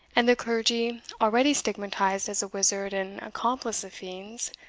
and the clergy already stigmatized as a wizard and accomplice of fiends,